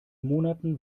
monaten